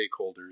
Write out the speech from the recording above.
stakeholders